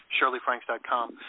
ShirleyFranks.com